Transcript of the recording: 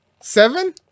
Seven